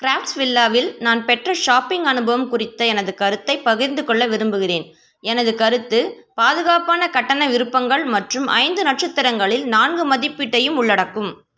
கிராஃப்ட்ஸ்வில்லாவில் நான் பெற்ற ஷாப்பிங் அனுபவம் குறித்த எனது கருத்தைப் பகிர்ந்துக்கொள்ள விரும்புகிறேன் எனது கருத்து பாதுகாப்பான கட்டண விருப்பங்கள் மற்றும் ஐந்து நட்சத்திரங்களில் நான்கு மதிப்பீட்டையும் உள்ளடக்கும்